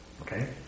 Okay